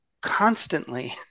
constantly